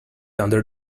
under